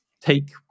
take